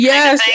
Yes